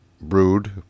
brewed